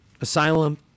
asylum